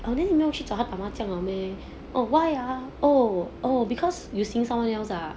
I only know 去找他打麻将了 meh ah why ah oh oh because you seeing someone else ah